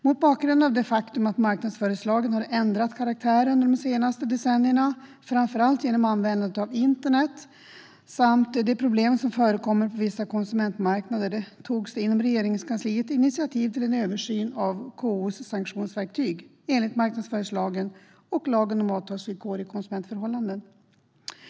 Mot bakgrund av det faktum att marknadsföringslagen har ändrat karaktär under de senaste decennierna, framför allt genom användandet av internet samt de problem som förekommer på vissa konsumentmarknader, togs det inom Regeringskansliet initiativ till en översyn av KO:s sanktionsverktyg enligt marknadsföringslagen och lagen om avtalsvillkor i konsumentförhållanden.